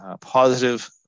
positive